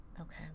Okay